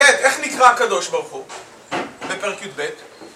איך נקרא הקדוש ברוך הוא? בפרק י"ב